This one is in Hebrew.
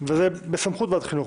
וזה בסמכות ועדת החינוך.